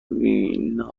وینا